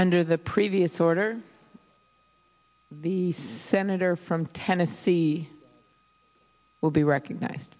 under the previous order the senator from tennessee will be recognized